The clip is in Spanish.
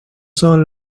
son